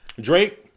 Drake